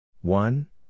one